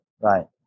right